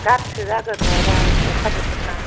गाज्रिसो जागोन नङाबा अखा बोथोर ना